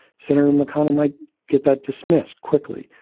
senator mcconnell might get that dismissed quickly,